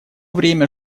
время